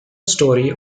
story